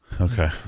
Okay